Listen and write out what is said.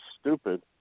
stupid